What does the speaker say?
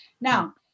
Now